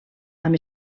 amb